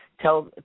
Tell